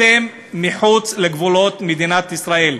אתם מחוץ לגבולות מדינת ישראל.